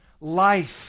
Life